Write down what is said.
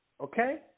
okay